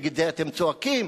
נגד זה אתם צועקים.